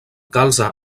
calze